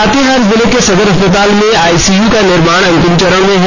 लातेहार जिले के सदर अस्पताल में आइसीयू का निर्माण अंतिम चरण में है